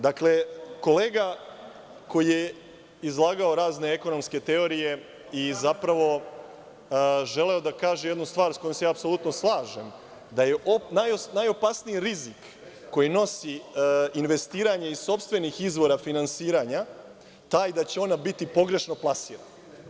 Dakle, kolega koji je izlagao razne ekonomske teorije i zapravo želeo da kaže jednu stvar sa kojom se ja apsolutno slažem, da je najopasniji rizik koji nosi investiranje iz sopstvenih izvora finansiranja taj da će ona biti pogrešno plasirana.